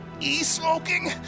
E-smoking